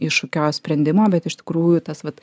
iššūkio sprendimo bet iš tikrųjų tas vat